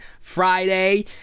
Friday